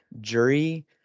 jury